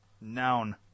Noun